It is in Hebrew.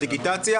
הדיגיטציה.